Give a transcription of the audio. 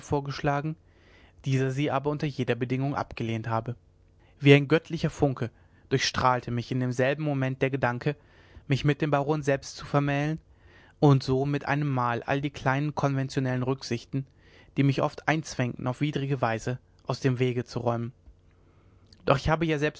vorgeschlagen dieser sie aber unter jeder bedingung abgelehnt habe wie ein göttlicher funke durchstrahlte mich in demselben moment der gedanke mich mit dem baron selbst zu vermählen und so mit einemmal all die kleinen konventionellen rücksichten die mich oft einzwängten auf widrige weise aus dem wege zu räumen doch ich habe ja